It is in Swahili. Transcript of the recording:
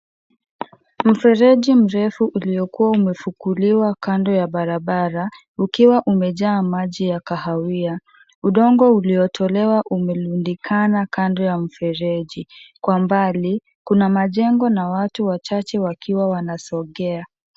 Mfereji mrefu uliokuwa umefukuliwa kando ya barabara, ukiwa umejaa maji ya kahawia. Udongo uliotolewa umerundikana kando ya mfereji. Kwa umbali, kuna majengo na watu wachache wakiwa wanaongea.